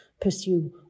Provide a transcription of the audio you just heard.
pursue